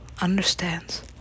Understands